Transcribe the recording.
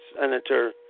senator